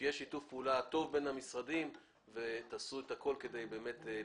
שיהיה שיתוף פעולה טוב בין המשרדים ותעשו את הכול כדי לבוא